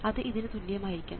അത് ഇതിന് തുല്യമായിരിക്കണം